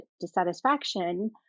dissatisfaction